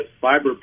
fiber